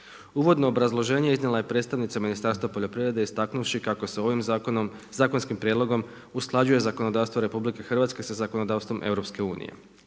Uvodno obrazloženje iznijela je predstavnica Ministarstva poljoprivrede istaknuvši kako se ovim zakonom, zakonskim prijedlogom usklađuje zakonodavstvo RH sa zakonodavstvom EU-a.